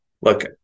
look